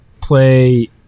play